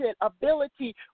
ability